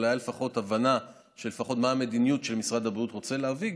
אבל הייתה לפחות הבנה של מה המדיניות שמשרד הבריאות רוצה להביא.